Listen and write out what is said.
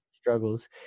struggles